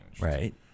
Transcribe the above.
Right